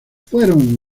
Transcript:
fueron